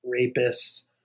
rapists